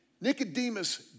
Nicodemus